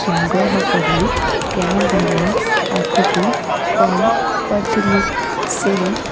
ସଂଗ୍ରହ କରି କ୍ୟାବ୍ବାଲା ପାଖକୁ କଲ୍ କରିଥିଲି ସେ